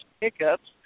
pickups